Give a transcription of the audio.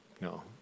No